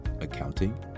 accounting